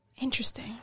Interesting